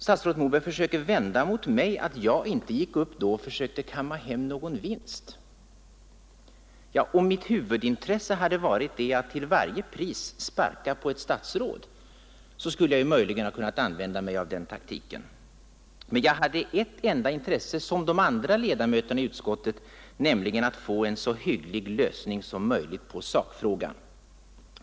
Statsrådet Moberg vill vända det mot mig att jag inte gick upp då och försökte kamma hem någon vinst. Om mitt huvudintresse hade varit att till varje pris sparka på ett statsråd, skulle jag möjligen ha kunnat använda mig av den taktiken. Men jag hade liksom de andra ledamöterna av utskottet ett enda intresse, nämligen att få till stånd en så hygglig lösning som möjligt i sakfrågan.